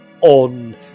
on